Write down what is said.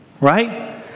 right